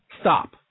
Stop